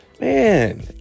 Man